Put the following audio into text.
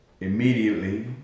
immediately